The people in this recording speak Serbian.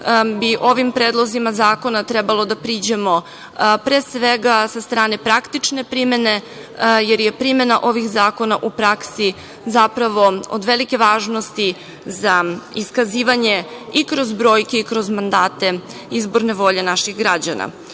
ovim predlozima zakona trebalo da priđemo, pre svega, sa strane praktične primene, jer je primena ovih zakona u praksi, zapravo od velike važnosti za iskazivanje i kroz brojke i kroz mandate izborne volje naših